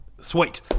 sweet